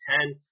Ten